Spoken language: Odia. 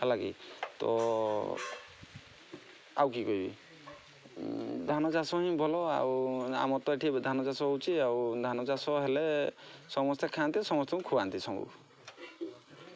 ହେଲାକି ତ ଆଉ କିଏ କହିବି ଧାନ ଚାଷ ହିଁ ଭଲ ଆଉ ଆମର ତ ଏଠି ଧାନ ଚାଷ ହେଉଛି ଆଉ ଧାନ ଚାଷ ହେଲେ ସମସ୍ତେ ଖାଆନ୍ତି ସମସ୍ତଙ୍କୁ ଖୁଆନ୍ତି ସବୁ